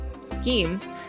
schemes